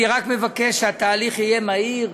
אני רק מבקש שהתהליך יהיה מהיר.